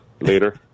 later